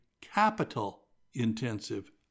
capital-intensive